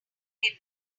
beer